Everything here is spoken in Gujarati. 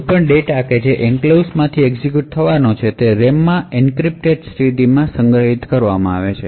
કોઈપણ ડેટા કે જે એન્ક્લેવ્સ માંથી એક્ઝિક્યુટ થવાનો છે તે રેમ માં એન્ક્રિપ્ટેડ સ્થિતિમાં સંગ્રહિત કરવામાં આવશે